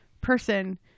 person